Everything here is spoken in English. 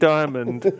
Diamond